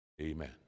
Amen